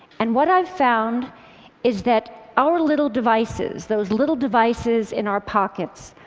and what i've found is that our little devices, those little devices in our pockets,